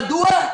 מדוע?